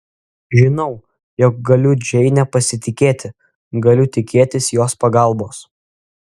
žinau jog galiu džeine pasitikėti galiu tikėtis jos pagalbos